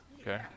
okay